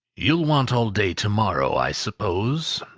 you'll want all day to-morrow, i suppose?